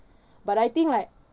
but I think like